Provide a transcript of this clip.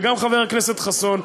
וגם חבר הכנסת חסון,